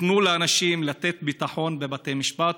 תנו לאנשים ביטחון בבתי משפט,